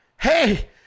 hey